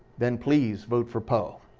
then please vote for poe.